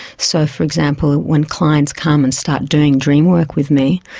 so, for example, when clients come and start doing dream work with me,